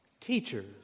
Teachers